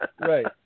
right